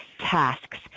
tasks